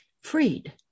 freed